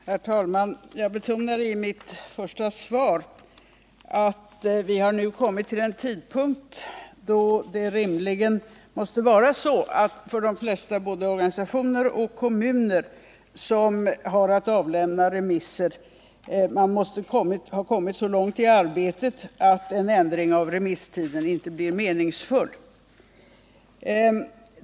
Herr talman! Jag betonade i mitt svar att vi nu kommit till en tidpunkt då det rimligen måste vara så att de flesta organisationer och kommuner som har att avlämna remisser kommit så långt i arbetet att en ändring av remisstiden inte blir meningsfull.